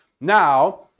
Now